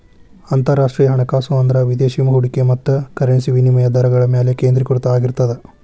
ಅಂತರರಾಷ್ಟ್ರೇಯ ಹಣಕಾಸು ಅಂದ್ರ ವಿದೇಶಿ ಹೂಡಿಕೆ ಮತ್ತ ಕರೆನ್ಸಿ ವಿನಿಮಯ ದರಗಳ ಮ್ಯಾಲೆ ಕೇಂದ್ರೇಕೃತ ಆಗಿರ್ತದ